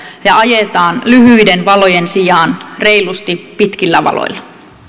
ja ajetaan lyhyiden valojen sijaan reilusti pitkillä valoilla